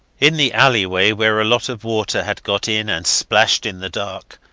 in the alleyway, where a lot of water had got in and splashed in the dark,